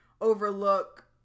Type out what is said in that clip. overlook